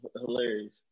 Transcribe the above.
hilarious